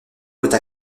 côte